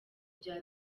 bya